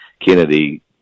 Kennedy